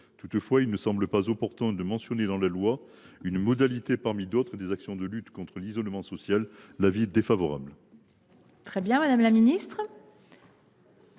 Toutefois, il ne semble pas opportun de mentionner dans la loi un moyen, parmi d’autres, de lutter contre l’isolement social : avis défavorable.